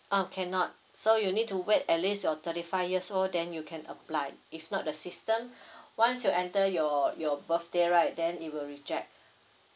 um cannot so you need to wait at least you're thirty five years old then you can apply if not the system once you enter your your birthday right then it will reject